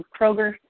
Kroger